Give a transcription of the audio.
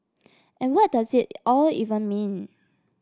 and what does it all even mean